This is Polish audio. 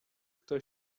kto